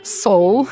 soul